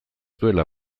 duela